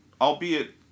albeit